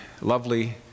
lovely